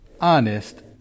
honest